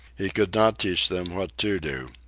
he could not teach them what to do.